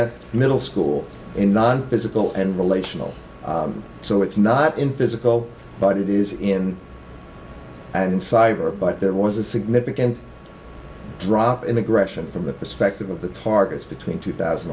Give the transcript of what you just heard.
entire middle school in non physical and relational so it's not in physical but it is in and cyber but there was a significant drop in aggression from the perspective of the targets between two thousand